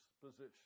position